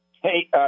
Hey